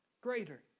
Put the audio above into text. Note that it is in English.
Greater